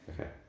Okay